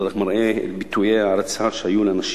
זה רק מראה את ביטויי ההערצה שהיו לאנשים.